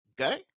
Okay